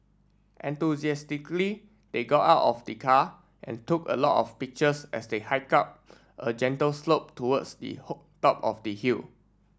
enthusiastically they got out of the car and took a lot of pictures as they hiked up a gentle slope towards the hole top of the hill